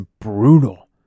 brutal